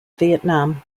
vietnam